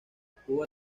cuba